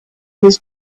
his